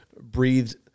breathed